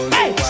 Hey